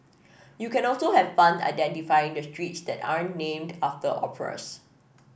you can also have fun identifying the streets that aren't named after operas